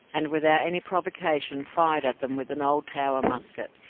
and without any provocation fired at them with an old tower musket,